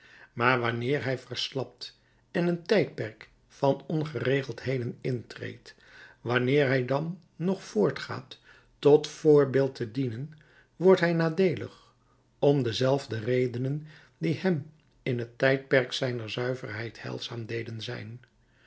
maar wanneer hij verslapt en een tijdperk van ongeregeldheden intreedt wanneer hij dan nog voortgaat tot voorbeeld te dienen wordt hij nadeelig om dezelfde redenen die hem in het tijdperk zijner zuiverheid heilzaam deden zijn